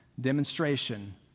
Demonstration